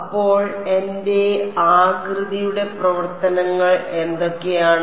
അപ്പോൾ എന്റെ ആകൃതിയുടെ പ്രവർത്തനങ്ങൾ എന്തൊക്കെയാണ്